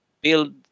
build